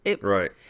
Right